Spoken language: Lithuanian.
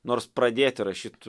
nors pradėti rašyt